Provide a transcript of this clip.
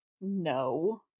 No